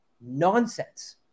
nonsense